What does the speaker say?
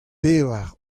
pevar